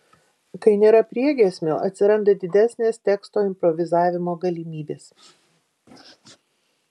kai nėra priegiesmio atsiranda didesnės teksto improvizavimo galimybės